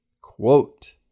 Quote